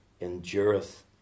endureth